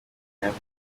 wakoze